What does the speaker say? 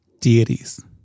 deities